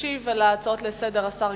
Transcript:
הצעות לסדר-היום שמספרן 2110,